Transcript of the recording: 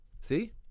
See